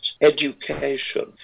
education